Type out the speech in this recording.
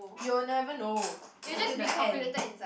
you will never know until the end